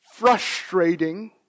frustrating